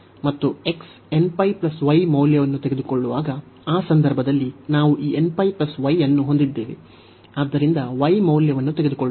ಮತ್ತು x nπ y ಮೌಲ್ಯವನ್ನು ತೆಗೆದುಕೊಳ್ಳುವಾಗ ಆ ಸಂದರ್ಭದಲ್ಲಿ ನಾವು ಈ nπ y ಅನ್ನು ಹೊಂದಿದ್ದೇವೆ ಆದ್ದರಿಂದ y ಮೌಲ್ಯವನ್ನು ತೆಗೆದುಕೊಳ್ಳುತ್ತದೆ